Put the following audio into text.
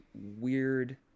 weird